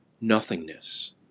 nothingness